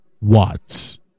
Watts